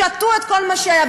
שתו את כל מה שהיה.